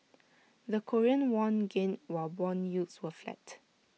the Korean won gained while Bond yields were flat